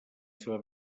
seva